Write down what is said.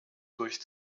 durch